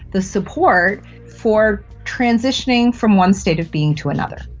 the support for transitioning from one state of being to another.